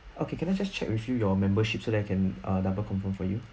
okay can I just check with you your membership so that I can uh double confirm for you